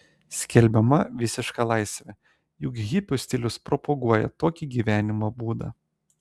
skelbiama visiška laisvė juk hipių stilius propaguoja tokį gyvenimo būdą